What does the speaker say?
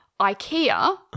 Ikea